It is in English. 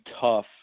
tough